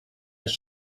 jest